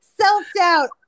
self-doubt